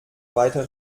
weiter